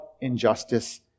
injustice